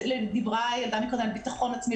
דיברה הילדה קודם על ביטחון עצמי,